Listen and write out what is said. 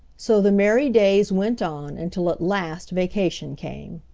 so the merry days went on until at last vacation came!